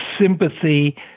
sympathy